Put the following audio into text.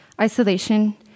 isolation